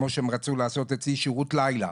כמו שהם רצו לעשות אצלי "שירות לילה",